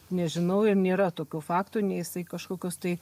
nežinau ir nėra tokio fakto nei jisai kažkokios tai